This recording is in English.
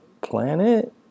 Planet